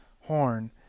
horn